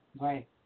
Right